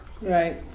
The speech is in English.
Right